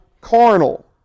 carnal